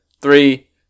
Three